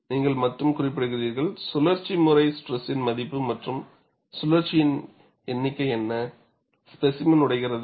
நீங்கள் மட்டும் குறிப்பிடுகிறீர்கள் சுழற்சி முறை ஸ்ட்ரெஸின் மதிப்பு மற்றும் சுழற்சியின் எண்ணிக்கை என்ன ஸ்பேசிமென் உடைகிறது